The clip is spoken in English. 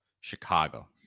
Chicago